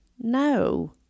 no